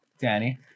Danny